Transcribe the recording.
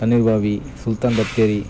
ತಣ್ಣೀರು ಬಾವಿ ಸುಲ್ತಾನ್ ಬತ್ತೇರಿ